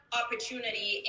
opportunity